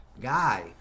guy